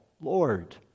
Lord